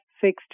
fixed